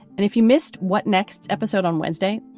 and if you missed, what, next episode on wednesday,